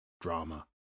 drama